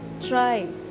try